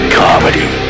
comedy